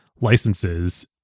licenses